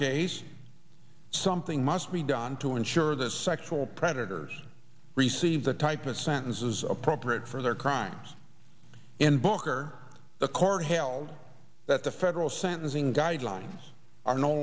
case something must be done to ensure that sexual predators receive the type of sentences appropriate for their crimes in booker the court held that the federal sentencing guidelines are no